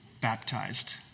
Baptized